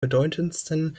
bedeutendsten